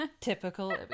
typical